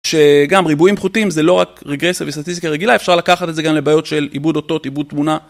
שגם ריבועים פחותים זה לא רק רגרסיה וסטטיסטיקה רגילה, אפשר לקחת את זה גם לבעיות של עיבוד אותות, עיבוד תמונה.